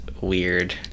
weird